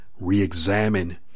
re-examine